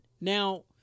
now